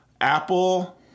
Apple